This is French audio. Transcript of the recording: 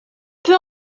peut